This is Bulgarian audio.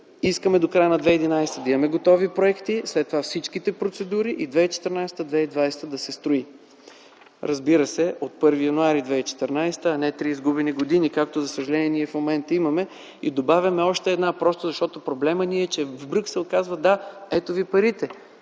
Искаме до края на 2011 г. да имаме готови проекти. След това всичките процедури и през 2014-2020 г. да се строи. Разбира се, от 1 януари 2014 г., а не да има три изгубени години, както, за съжаление, в момента имаме. Добавяме и още една година, просто защото проблемът ни е, че в Брюксел казват: ”Да, ето ви парите,